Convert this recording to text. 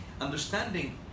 Understanding